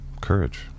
courage